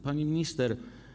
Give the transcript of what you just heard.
Pani Minister!